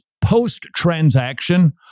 post-transaction